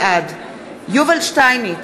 בעד יובל שטייניץ,